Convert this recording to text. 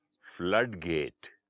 floodgate